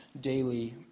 daily